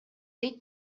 дейт